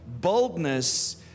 boldness